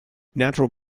natural